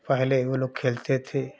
पहले वह लोग खेलते थे